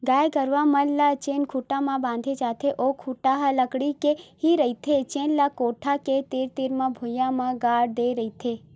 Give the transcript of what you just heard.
गाय गरूवा मन ल जेन खूटा म बांधे जाथे ओ खूटा ह लकड़ी के ही रहिथे जेन ल कोठा के तीर तीर म भुइयां म गाड़ दे रहिथे